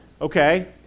okay